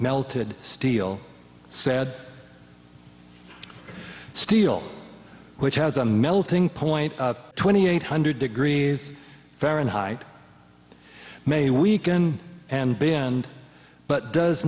melted steel said steel which has a melting point twenty eight hundred degrees fahrenheit may weaken and banned but does